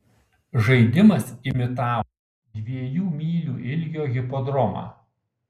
žaidimas imitavo dviejų mylių ilgio hipodromą